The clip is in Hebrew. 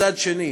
מצד שני,